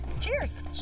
Cheers